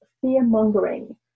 fear-mongering